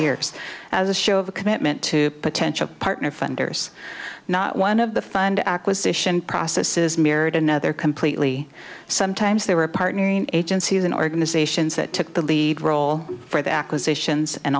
years as a show of a commitment to potential partner funders not one of the fund acquisition process is mirrored another completely sometimes they were partnering agencies and organizations that took the lead role for the acquisitions and